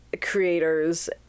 creators